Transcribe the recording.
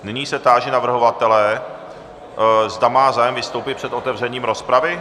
Nyní se táži navrhovatele, zda má zájem vystoupit před otevřením rozpravy.